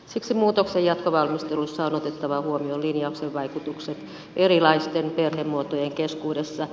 siksi muutoksen jatkovalmisteluissa on otettava huomioon linjauksen vaikutukset erilaisten perhemuotojen keskuudessa